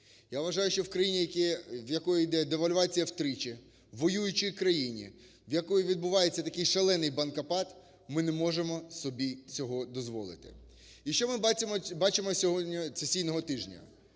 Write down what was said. Я вважаю, що в країні, в якій йде девальвація втричі, в воюючій країні, в якій відбувається таких шалений "банкопад", ми не можемо собі цього дозволити. І що ми бачимо цього сесійного тижня?